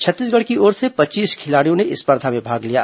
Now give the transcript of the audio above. छत्तीसगढ़ की ओर से पच्चीस खिलाड़ियों ने स्पर्धा में भाग लिया